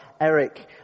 Eric